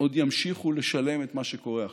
עוד ימשיכו לשלם את מה שקורה עכשיו.